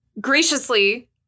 graciously